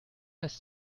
ist